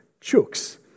chooks